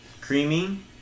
Creamy